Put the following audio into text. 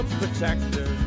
protector